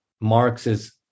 Marx's